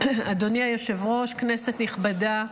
אדוני היושב-ראש, כנסת נכבדה,